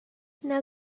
now